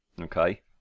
Okay